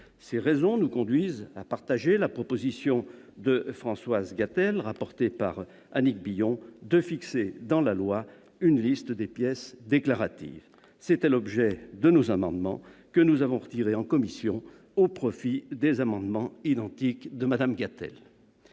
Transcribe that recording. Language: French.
Ces raisons nous conduisent à approuver la proposition de Françoise Gatel, rapportée par Annick Billon, de fixer dans la loi une liste des pièces déclaratives ; c'était l'objet de plusieurs de nos amendements, que nous avons retirés en commission au profit des amendements identiques de Mme Gatel.